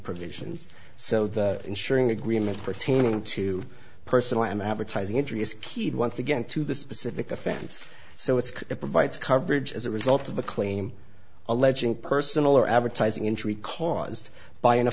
provisions so the ensuring agreement pertaining to personal i am advertising interest keyed once again to the specific offense so it's it provides coverage as a result of a claim alleging personal or advertising injury caused by an